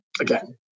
Again